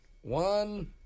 one